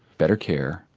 better care,